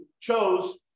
chose